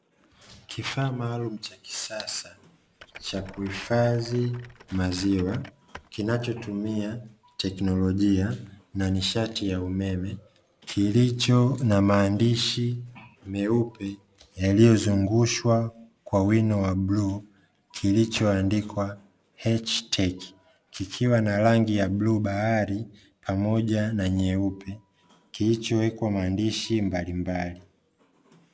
Kifaa maalumu cha kisasa cha kuhifadhi maziwa kinachotumia teknolojia na nishati ya umeme kilicho na maandishi meupe yaliyozungushwa kwa wino wa blue kilichoandikwa "htech" na rangi ya bluu bahari pamoja na nyeupe kilichowekwa maandishi mbalimbali.